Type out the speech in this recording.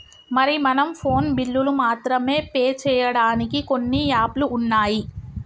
మరి మనం ఫోన్ బిల్లులు మాత్రమే పే చేయడానికి కొన్ని యాప్లు ఉన్నాయి